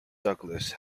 douglas